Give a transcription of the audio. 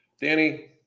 Danny